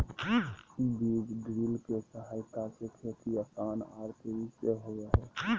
बीज ड्रिल के सहायता से खेती आसान आर तेजी से होबई हई